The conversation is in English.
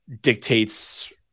dictates